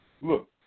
look